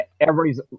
Everybody's